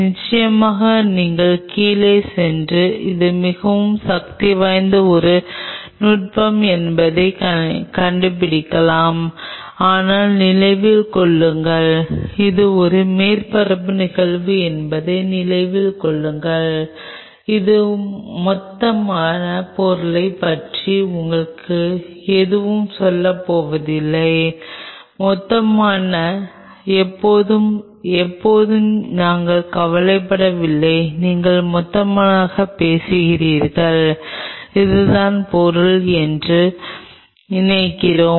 நிச்சயமாக நீங்கள் கீழே சென்று அது மிகவும் சக்திவாய்ந்த ஒரு நுட்பம் என்பதைக் கண்டுபிடிக்கலாம் ஆனால் நினைவில் கொள்ளுங்கள் இது ஒரு மேற்பரப்பு நிகழ்வு என்பதை நினைவில் கொள்ளுங்கள் இது மொத்தப் பொருளைப் பற்றி உங்களுக்கு எதுவும் சொல்லப்போவதில்லை மொத்தமாக எப்போது எப்போது நாங்கள் கவலைப்படவில்லை நீங்கள் மொத்தமாகப் பேசுகிறீர்கள் இதுதான் பொருள் என்று நினைக்கிறேன்